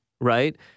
right